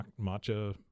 matcha